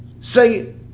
say